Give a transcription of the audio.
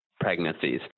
pregnancies